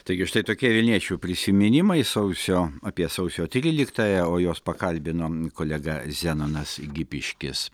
taigi štai tokie vilniečių prisiminimai sausio apie sausio tryliktąją o juos pakalbino kolega zenonas gipiškis